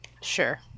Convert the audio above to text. Sure